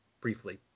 briefly